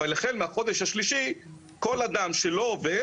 אבל החל מהחודש השלישי כל אדם שלא עובד